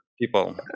people